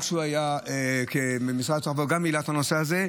כשהוא היה במשרד התחבורה, גם העלה את הנושא הזה.